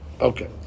Okay